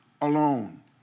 alone